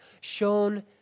shown